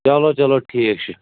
چلو چلو ٹھیٖک چھُ